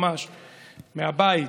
ממש מהבית,